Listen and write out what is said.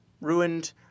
ruined